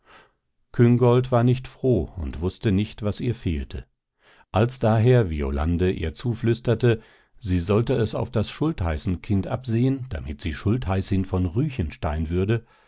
küngolt war nicht froh und wußte nicht was ihr fehlte als daher violande ihr zuflüsterte sie sollte es auf das schultheißenkind absehen damit sie schultheißin von ruechenstein würde